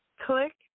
Click